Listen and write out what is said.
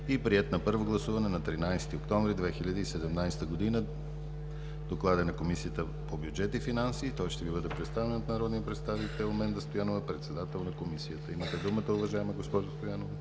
и приет на първо гласуване на 13 октомври 2017 г. Докладът е на Комисията по бюджет и финанси и ще Ви бъде представен от народния представител Менда Стоянова – председател на Комисията. Имате думата, уважаема госпожо Стоянова.